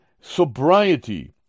sobriety